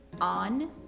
on